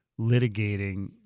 litigating